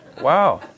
Wow